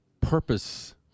purpose